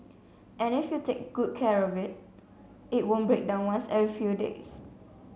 and if you take good care of it it won't break down once every few days